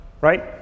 right